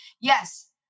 Yes